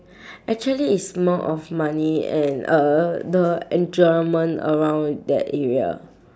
actually it's more of money and uh the enjoyment around that area